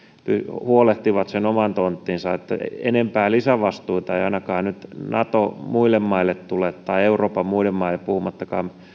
huolehtivat sen oman tonttinsa niin että enempää lisävastuita ei ainakaan nyt naton muille maille tule tai euroopan muille maille puhumattakaan